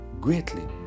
greatly